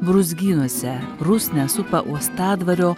brūzgynuose rusnę supa uostadvario